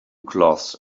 cloths